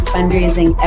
Fundraising